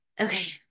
okay